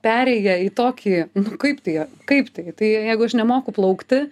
perėję į tokį nu kaip tai kaip tai tai jeigu aš nemoku plaukti